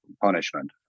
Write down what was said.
punishment